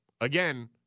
again